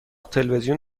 تلویزیون